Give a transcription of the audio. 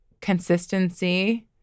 consistency